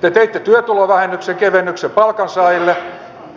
te teitte työtulovähennyksen kevennyksen palkansaajille